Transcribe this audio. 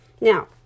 Now